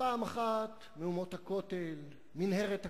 פעם אחת מהומות הכותל, מנהרת הכותל,